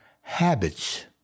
habits